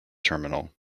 terminal